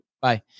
bye